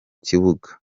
kibuga